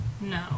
No